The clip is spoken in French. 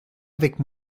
avec